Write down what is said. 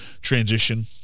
transition